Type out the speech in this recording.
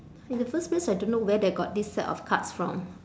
in the first place I don't know where they got this set of cards from